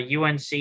UNC